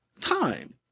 time